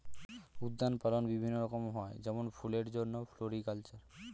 উদ্যান পালন বিভিন্ন রকম হয় যেমন ফুলের জন্যে ফ্লোরিকালচার